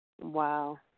Wow